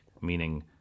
meaning